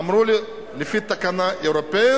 אמרו לי: לפי תקנה אירופית